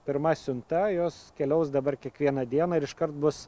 pirma siunta jos keliaus dabar kiekvieną dieną ir iškart bus